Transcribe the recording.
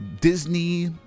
Disney